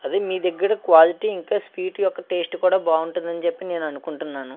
అది మీ దగ్గర క్వాలిటీ ఇంకా స్వీట్ యొక్క టేస్ట్ కూడా బాగుంటుందని చెప్పి నేను అనుకుంటున్నాను